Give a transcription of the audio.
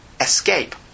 Escape